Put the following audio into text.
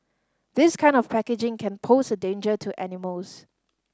this kind of packaging can pose a danger to animals